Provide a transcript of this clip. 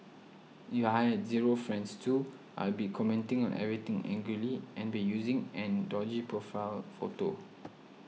if I had zero friends too I'd be commenting on everything angrily and be using an dodgy profile photo